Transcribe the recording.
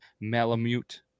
Malamute